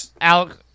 Alex